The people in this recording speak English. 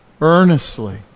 earnestly